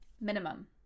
Minimum